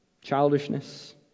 Childishness